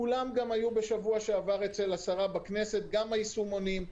כולם גם היו בשבוע שעבר אצל השרה בכנסת - גם הישומונים,